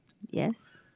Yes